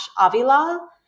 Avila